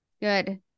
good